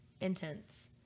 intense